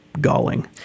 galling